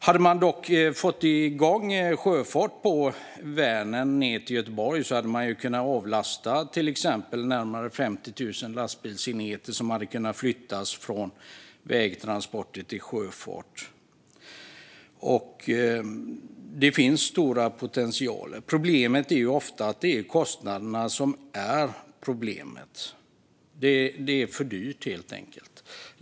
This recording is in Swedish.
Hade man fått igång sjöfart på Vänern ned till Göteborg hade man till exempel kunnat avlasta vägtransporterna med närmare 50 000 lastbilsenheter som hade kunnat flyttas till sjöfart. Det finns stora potentialer. Problemet är ofta kostnaderna. Det är för dyrt, helt enkelt.